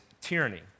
tyranny